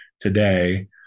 today